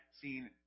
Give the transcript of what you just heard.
seen